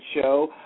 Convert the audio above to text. Show